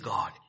God